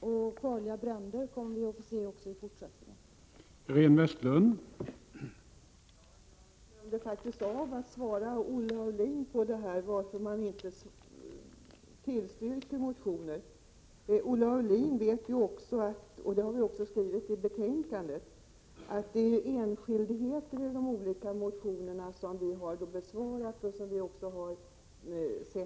Och farliga bränder kommer vi att få uppleva också i fortsättningen.